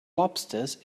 lobsters